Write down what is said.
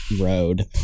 road